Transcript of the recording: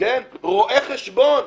רואה חשבון,